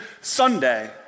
Sunday